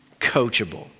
coachable